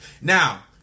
Now